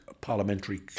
parliamentary